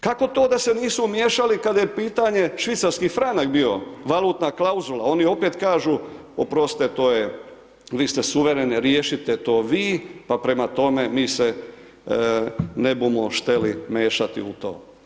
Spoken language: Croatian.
Kako to da se nisu umiješali kada je pitanje švicarski franak bio, valutna klauzula, oni opet kažu oprostite to je, vi ste suvereni, riješite to vi, pa prema tome mi se ne bumo šteli mešati u to.